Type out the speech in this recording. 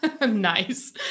Nice